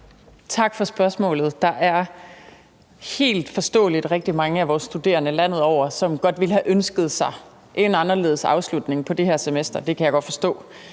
Tak for spørgsmålet. Der er helt forståeligt rigtig mange af vores studerende landet over, som godt ville have ønsket sig en anderledes afslutning på det her semester – det kan jeg godt forstå.